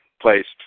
placed